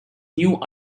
new